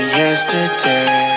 yesterday